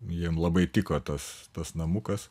jiem labai tiko tas tas namukas